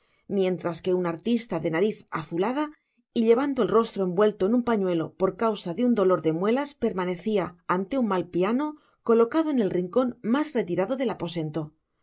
mientras que un artista de nariz azulada y llevando el rostro envuelto en un pañuelo por causa de un dolor de muelas permanecia ante un mal piano colocado en el rincon mas retirado del aposento